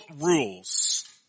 rules